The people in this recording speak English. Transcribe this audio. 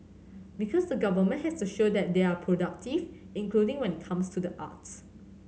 because the government has to show that they are productive including when it comes to the arts